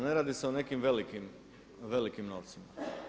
Ne radi se o nekim velikim novcima.